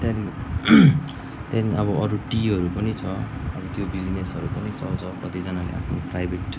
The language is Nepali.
त्यहाँदेखि त्यहाँदेखि अब अरू टीहरू पनि छ त्यो बिजिनेसहरू पनि चल्छ कतिजनाले आफ्नो प्राइभेट